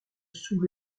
sous